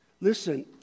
Listen